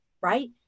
right